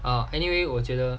err anyway 我觉得